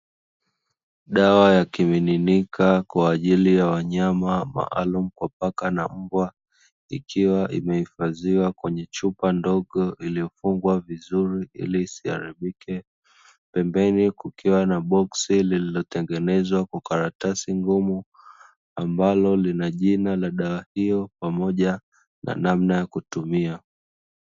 Dawa ya kimiminika kwa ajili ya wanyama maalumu kwa paka na mbwa, ikiwa imehifadhiwa kwenye chupa ndogo iliyofungwa vizuri ili isiharibike. Pembeni kukiwa na boksi lililotengenezwa kwa karatasi ngumu ambalo lina jina la dawa hiyo pamoja na namna ya kutumia.